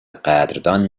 قدردان